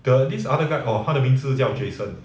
the this other guy orh 他的名字叫 jason